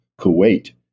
Kuwait